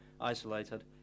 isolated